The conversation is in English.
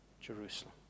Jerusalem